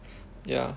ya